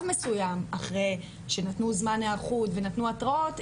מסוים אחרי שנתנו זמן היערכות ונתנו התראות,